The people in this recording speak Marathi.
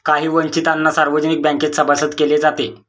काही वंचितांना सार्वजनिक बँकेत सभासद केले जाते